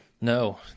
No